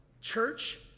church